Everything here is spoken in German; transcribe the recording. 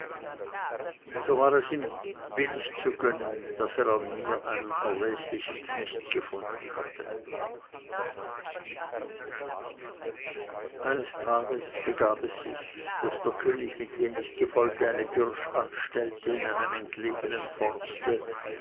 so war es ihm billig zu gönnen daß er an mir einen verläßlichen knecht gefunden hatte eines tages begab es sich daß der könig mit wenig gefolge eine birsch anstellte in einem entlegenen forste